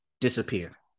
disappear